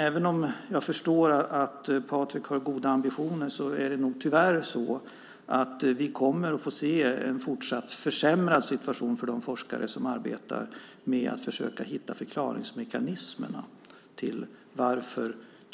Även om jag förstår att Patrik har goda ambitioner kommer vi nog tyvärr att få se en fortsatt försämrad situation för de forskare som arbetar med att försöka hitta förklaringsmekanismerna till att